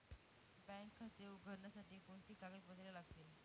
Bank खाते उघडण्यासाठी कोणती कागदपत्रे लागतील?